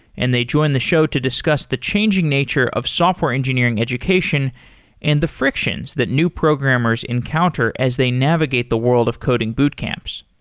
and they join the show to discuss the changing nature of software engineering education and the frictions that new programmers encounter as they navigate the world of coding boot camps.